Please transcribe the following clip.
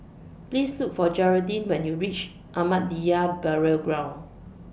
Please Look For Gearldine when YOU REACH Ahmadiyya Burial Ground